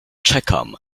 czekam